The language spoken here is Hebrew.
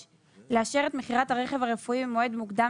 לאשר את מכירת הרכב הרפואי במועד מוקדם